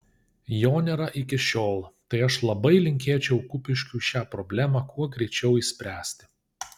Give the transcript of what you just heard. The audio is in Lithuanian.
jo nėra iki šiol tai aš labai linkėčiau kupiškiui šią problemą kuo greičiau išspręsti